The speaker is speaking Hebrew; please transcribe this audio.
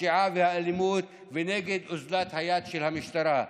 הפשיעה והאלימות ונגד אוזלת היד של המשטרה.